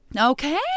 Okay